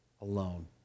alone